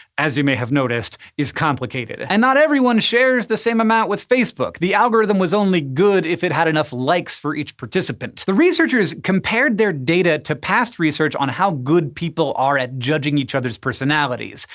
as you may have noticed, is complicated. and not everyone shares the same amount with facebook. the algorithm was only good if it had enough likes for each participant. the researchers compared their data to past research on how good people are at judging each other's personalities.